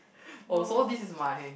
oh so this is my